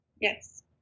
yes